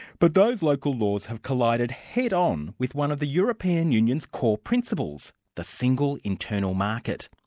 but those local laws have collided head-on with one of the european union's core principles the single internal market.